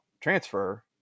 transfer